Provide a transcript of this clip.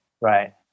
Right